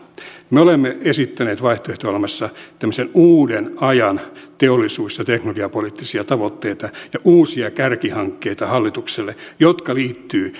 me olemme esittäneet vaihtoehto ohjelmassa tämmöisen uuden ajan teollisuus ja teknologiapoliittisia tavoitteita ja uusia kärkihankkeita hallitukselle jotka liittyvät